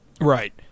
Right